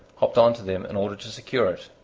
hopped on to them in order to secure it,